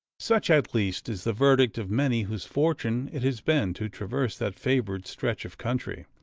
such, at least, is the verdict of many whose fortune it has been to traverse that favored stretch of country.